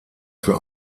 für